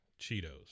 cheetos